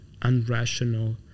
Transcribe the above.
unrational